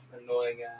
annoying